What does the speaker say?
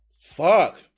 Fuck